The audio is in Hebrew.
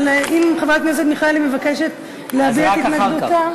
אבל אם חברת הכנסת מיכאלי מבקשת להביע את התנגדותה,